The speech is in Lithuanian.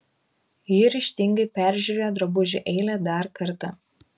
ji ryžtingai peržiūrėjo drabužių eilę dar kartą